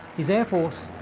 his air force,